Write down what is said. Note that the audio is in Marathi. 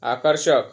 आकर्षक